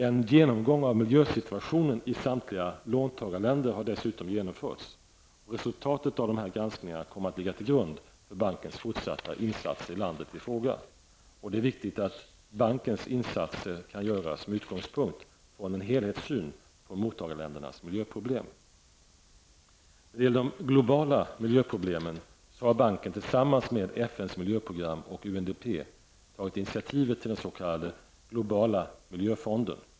En genomgång av miljösituationen i samtliga låntagarländer har dessutom genomförts. Resultatet av granskningarna kommer att ligga till grund för bankens fortsatta insatser i landet i fråga. Det är viktigt att bankens insatser kan göras med utgångspunkt i en helhetssyn på mottagarländernas miljöproblem. När det gäller de globala miljöproblemen har banken tillsammans med FNs miljöprogram, UNDP, tagit initiativet till den s.k. globala miljöfonden.